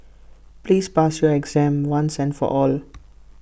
please pass your exam once and for all